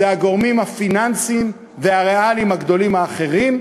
הגורמים הפיננסיים והריאליים הגדולים האחרים,